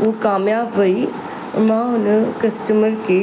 उहा काम्याबु वई मां उन कस्टमर खे